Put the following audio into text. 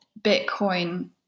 Bitcoin